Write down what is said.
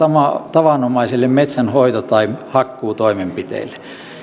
tavanomaisille metsänhoito tai hakkuutoimenpiteille